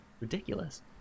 Ridiculous